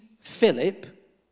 Philip